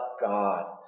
God